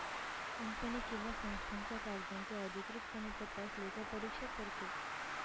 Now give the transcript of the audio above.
company किंवा संस्थांच्या कागदांचा अधिकृतपणे तपास लेखापरीक्षक करतो